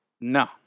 No